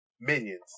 minions